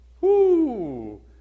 Whoo